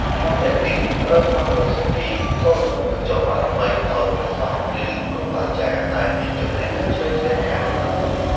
យ័ន្តទាំងនេះត្រូវបានប្រសិទ្ធី សូត្រមន្តបញ្ចុះបារមី ដោយព្រះសង្ឃ ឬគ្រូអាចារ្យដែលមានចំណេះដឹងជ្រៅជ្រះខាងមន្តអាគម។